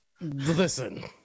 Listen